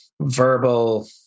verbal